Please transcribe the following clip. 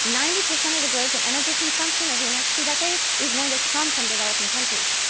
ninety percent of the growth and energy consumption over the next two decades is going to come from developing countries.